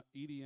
EDM